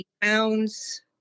pounds